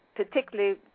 particularly